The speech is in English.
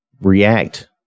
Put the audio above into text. react